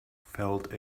felt